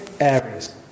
areas